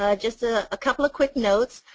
ah just ah a couple of quick notes,